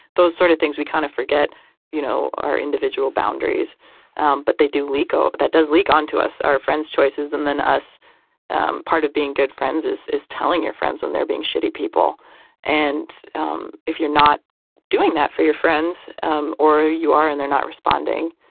those sort of things we kind of forget you know our individual boundaries um but they do leak out ah that does leak onto us our friends choices and then us part of being good friends is is telling your friends when they're being shitty people and um if you're not doing that for your friends um or ah you are and they're not responding